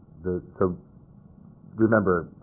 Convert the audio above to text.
the so remember,